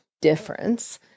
difference